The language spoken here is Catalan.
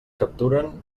capturen